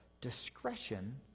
discretion